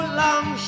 long